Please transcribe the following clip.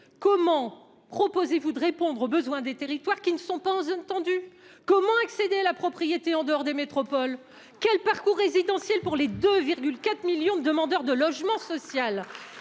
réponse apportez-vous aux besoins des territoires qui ne sont pas en zones tendues ? Comment accéder à la propriété en dehors des métropoles ? Quel parcours résidentiel pour les 2,4 millions de demandeurs de logement social ?